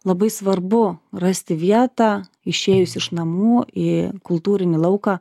labai svarbu rasti vietą išėjus iš namų į kultūrinį lauką